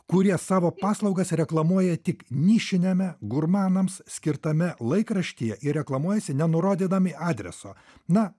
kurie savo paslaugas reklamuoja tik nišiniame gurmanams skirtame laikraštyje ir reklamuojasi nenurodydami adreso na